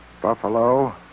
Buffalo